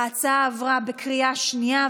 ההצעה עברה בקריאה שנייה.